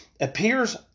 appears